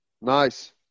Nice